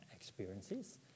experiences